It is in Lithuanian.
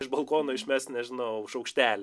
iš balkono išmest nežinau šaukštelį